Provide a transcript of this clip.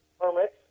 permits